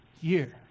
year